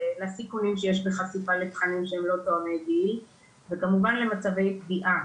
לסיכונים שיש בחשיפה לתכנים שהם לא תואמי גיל וכמובן למצבי פגיעה.